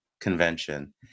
convention